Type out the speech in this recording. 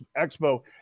Expo